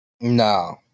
No